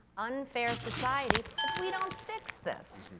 unfair society if we don't fix this.